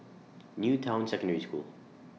New Town Secondary School